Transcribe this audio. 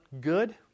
good